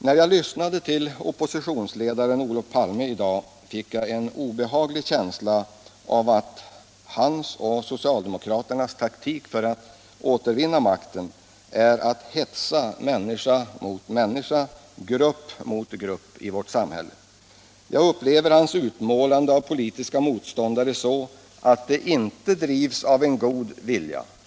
När jag lyssnade till oppositionsledaren Olof Palme i dag fick jag en obehaglig känsla av att hans och socialdemokraternas taktik för att återvinna makten är att hetsa människa mot människa, grupp mot grupp i vårt samhälle. Jag upplever hans utmålande av politiska motståndare så att han anser att de inte drivs av en god vilja.